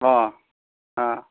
অঁ